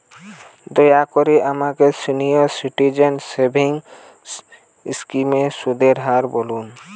দয়া করে আমাকে সিনিয়র সিটিজেন সেভিংস স্কিমের সুদের হার বলুন